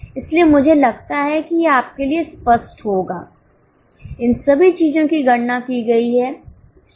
इसलिए मुझे लगता है कि यह आपके लिए स्पष्ट होगा इन सभी चीजों की गणना की गई है